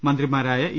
മന്ത്രിമാരായി E